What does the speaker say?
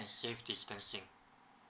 and safe distancing